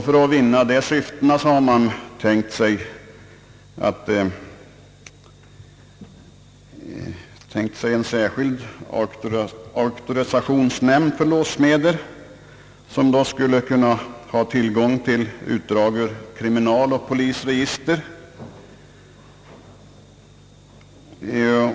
För att vinna dessa syften har man tänkt sig en särskild auktorisationsnämnd för låssmeder, vilken då skulle kunna ha tillgång till utdrag ur kriminaloch polisregister.